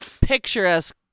picturesque